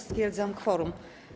Stwierdzam kworum.